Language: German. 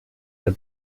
der